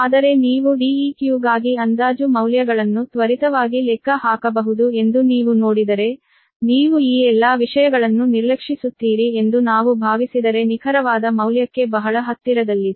ಆದರೆ ನೀವು Deq ಗಾಗಿ ಅಂದಾಜು ಮೌಲ್ಯಗಳನ್ನು ತ್ವರಿತವಾಗಿ ಲೆಕ್ಕ ಹಾಕಬಹುದು ಎಂದು ನೀವು ನೋಡಿದರೆ ನೀವು ಈ ಎಲ್ಲಾ ವಿಷಯಗಳನ್ನು ನಿರ್ಲಕ್ಷಿಸುತ್ತೀರಿ ಎಂದು ನಾವು ಭಾವಿಸಿದರೆ ನಿಖರವಾದ ಮೌಲ್ಯಕ್ಕೆ ಬಹಳ ಹತ್ತಿರದಲ್ಲಿದೆ